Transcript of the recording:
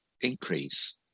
increase